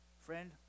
Friend